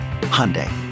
Hyundai